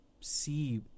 see